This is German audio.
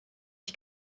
ich